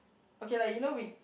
okay like you know we